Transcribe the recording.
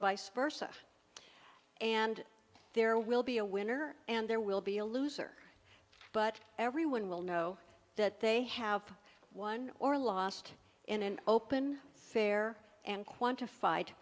vice versa and there will be a winner and there will be a loser but everyone will know that they have won or lost in an open fair and quantified